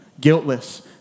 guiltless